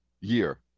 year